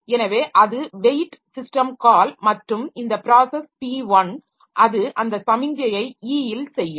எனவே அது weight system call மற்றும் இந்த ப்ராஸஸ் p1 அது அந்த சமிக்ஞையை e இல் செய்யும்